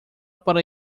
para